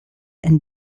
and